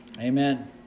Amen